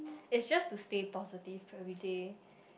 it's just to stay positive everyday